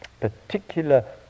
particular